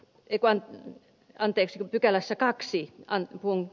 ekan anteeksi pykälässä kaksi kuoli